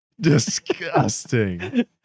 Disgusting